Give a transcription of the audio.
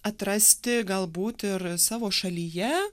atrasti galbūt ir savo šalyje